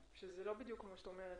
לא,